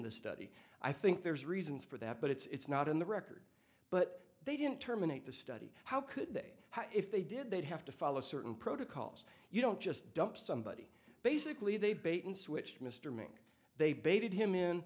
the study i think there's reasons for that but it's not in the record but they didn't terminate the study how could they how if they did they'd have to follow certain protocols you don't just dump somebody basically they bait and switch mr mink they baited him in